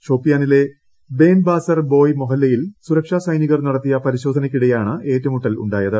ഷോപ്പിയാനിലെ ബേൻബാസർ ബോയ് മൊഹല്ലയിൽ സുരക്ഷ സൈനികർ നടത്തിയ പരിശോക്യന്യ്ക്കിടെയാണ് ഏറ്റുമുട്ടലുണ്ടായത്